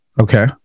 Okay